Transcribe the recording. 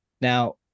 Now